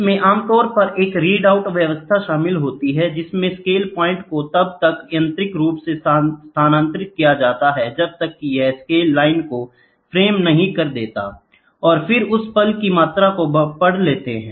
इसमें आम तौर पर एक रीड आउट व्यवस्था शामिल होती है जिसमें स्केल पॉइंट को तब तक यांत्रिक रूप से स्थानांतरित किया जाता है जब तक कि यह स्केल लाइन को फ्रेम नहीं कर देता है और फिर उस पल की मात्रा को पढ़ लेता है